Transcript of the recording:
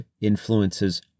influences